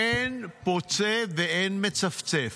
אין פוצה ואין מצפצף.